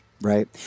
Right